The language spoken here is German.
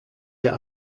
der